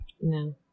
No